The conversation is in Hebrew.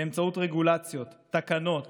באמצעות רגולציות, תקנות